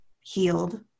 healed